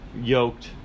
yoked